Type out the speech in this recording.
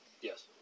Yes